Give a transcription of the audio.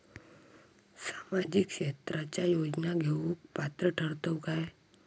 सामाजिक क्षेत्राच्या योजना घेवुक पात्र ठरतव काय?